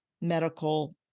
medical